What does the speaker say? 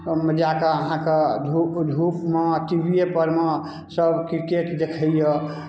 जाए कऽ अहाँकेँ धूप धूपमे टीवीएपर मे सभ क्रिकेट देखैए